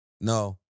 No